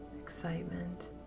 excitement